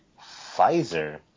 Pfizer